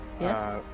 Yes